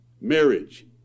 marriage